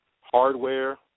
Hardware